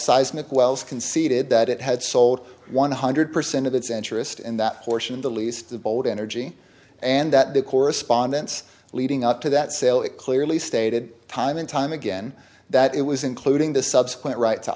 seismic wells conceded that it had sold one hundred percent of its interest in that portion of the lease the boat energy and that the correspondence leading up to that sale it clearly stated time and time again that it was including the subsequent right to